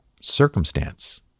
circumstance